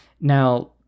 Now